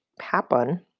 happen